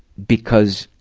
because,